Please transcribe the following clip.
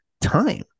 time